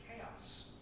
chaos